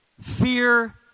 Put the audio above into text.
fear